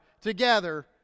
together